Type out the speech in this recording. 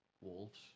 Wolves